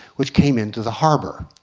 which came into the harbor.